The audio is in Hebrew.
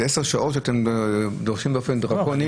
זה עשר שעות שאתם דורשים באופן דרקוני.